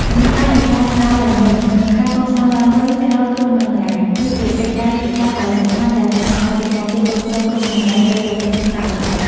ដំណាក់កាលនៃការស្ដារឡើងវិញ និងការកសាងឡើងវិញក្រោយគ្រោះមហន្តរាយ គឺជាកិច្ចការយុទ្ធសាស្ត្រដ៏សំខាន់ដែលគណៈកម្មាធិការជាតិគ្រប់គ្រងគ្រោះមហន្តរាយត្រូវយកចិត្តទុកដាក់បំផុត។